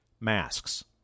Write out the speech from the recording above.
masks